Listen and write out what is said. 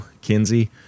Kinsey